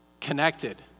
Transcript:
connected